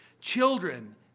Children